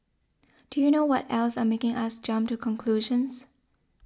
do you know what else are making us jump to conclusions